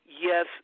yes